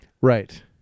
Right